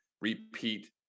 repeat